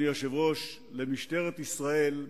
אדוני היושב-ראש: למשטרת ישראל,